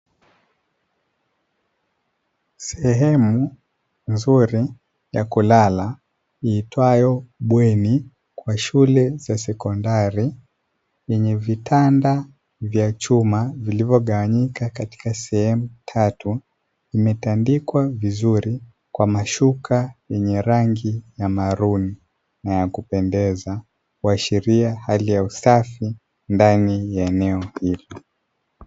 Sehemu nzuri ya kulala iitwayo bweni kwa shule za sekondari yenye nvitanda vya chuma vilivyogawanyika katika sehemu tatu, imetandikwa vizuri kwa mashuka yenye rangi ya maruni na ya kupendeza waashiria hali ya usafi ndani ya eneo hili.